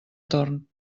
torn